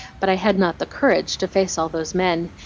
but i had not the courage to face all those men.